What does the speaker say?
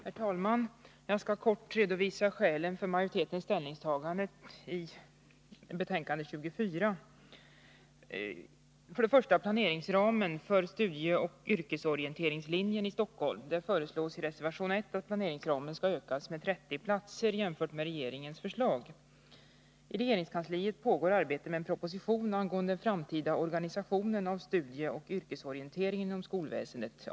Herr talman! Jag skall kort redovisa skälen för majoritetens ställningstagande i utbildningsutskottets betänkande 24. Beträffande planeringsramen för studieoch yrkesorienteringslinjen i Stockholm föreslås i reservation 1 att planeringsramen skall ökas med 30 platser jämfört med regeringens förslag. I regeringskansliet pågår arbete med en proposition angående den framtida organisationen av studieoch yrkesorientering inom skolväsendet.